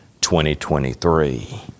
2023